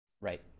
Right